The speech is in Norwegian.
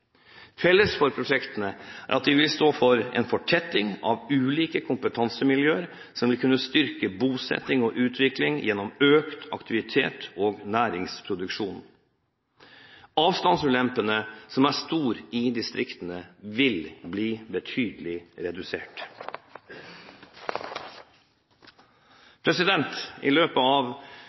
Felles for prosjektene er at de vil stå for en fortetting av ulike kompetansemiljøer, som vil kunne styrke bosetting og utvikling gjennom økt aktivitet og næringsproduksjon. Avstandsulempene, som er store i distriktene, vil bli betydelig redusert. I løpet av